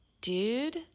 Dude